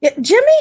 Jimmy